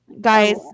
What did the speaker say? Guys